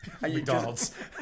McDonald's